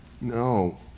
No